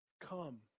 Come